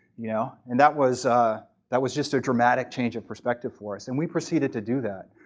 you know and that was ah that was just a dramatic change of perspective for us. and we proceeded to do that.